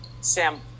Sam